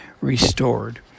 restored